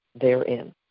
therein